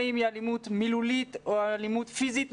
אם היא אלימות מילולית או אלימות פיזית,